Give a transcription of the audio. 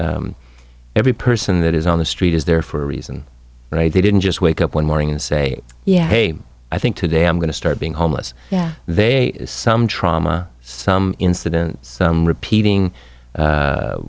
every person that is on the street is there for a reason they didn't just wake up one morning and say yeah hey i think today i'm going to start being homeless they some trauma some incidents repeating